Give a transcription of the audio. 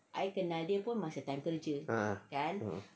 ah